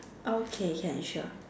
okay can sure